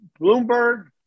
Bloomberg